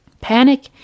Panic